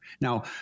Now